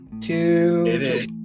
two